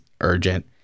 urgent